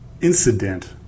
incident